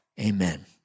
Amen